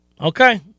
Okay